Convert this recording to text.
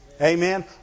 Amen